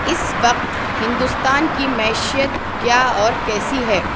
اس وقت ہندوستان کی معیشیت کیا اور کیسی ہے